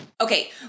okay